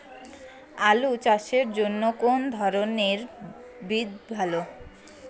আলু চাষের জন্য কোন ধরণের বীজ ভালো?